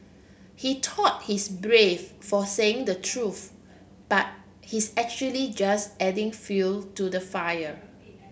he thought he's brave for saying the truth but he's actually just adding fuel to the fire